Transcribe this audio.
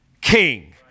king